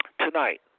Tonight